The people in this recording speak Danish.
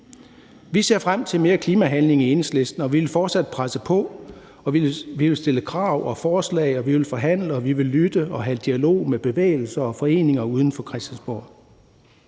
Vi ser frem til mere klimahandling i Enhedslisten. Vi vil fortsat presse på, og vi vil stille krav og forslag. Vi vil forhandle, og vi vil lytte og have dialog med bevægelser og foreninger uden for Christiansborg.